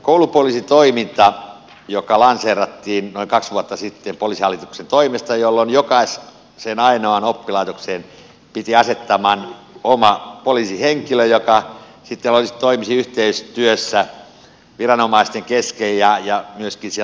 koulupoliisitoiminta lanseerattiin noin kaksi vuotta sitten poliisihallituksen toimesta jolloin joka ikiseen oppilaitokseen piti asettaman oma poliisihenkilö joka sitten toimisi yhteistyössä viranomaisten kesken ja myöskin siellä kouluissa